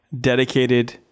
dedicated